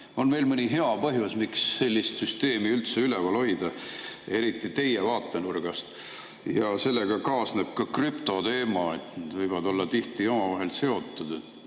on veel mõni hea põhjus, miks sellist süsteemi üleval hoida, eriti teie vaatenurgast. Sellega kaasneb ka krüptoteema, need võivad olla tihti omavahel seotud.